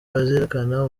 bazirikana